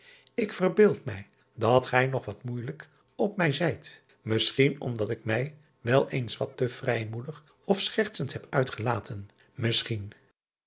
k verbeeld mij dat gij nog wat moeijelijk op mij zijt misschien omdat ik mij wel eens wat te vrijmoedig of schertsend heb uitgelaten misschien